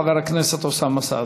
חבר הכנסת אוסאמה סעדי.